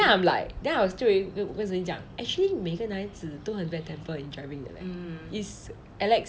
now I'm like then I was 我不是跟你讲 actually 每一个男孩子都很 bad temper in driving 的 leh is alex